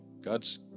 God's